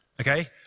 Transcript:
Okay